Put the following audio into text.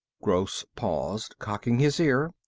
gross paused, cocking his ear.